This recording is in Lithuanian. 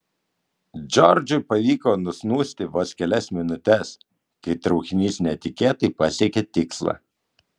džordžui pavyko nusnūsti vos kelias minutes kai traukinys netikėtai pasiekė tikslą